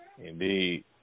Indeed